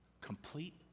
Complete